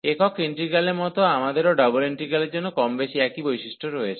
একক ইন্টিগ্রালের মত আমাদেরও ডাবল ইন্টিগ্রালের জন্য কমবেশি একই বৈশিষ্ট্য রয়েছে